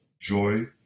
joy